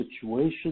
situation